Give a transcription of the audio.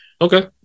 Okay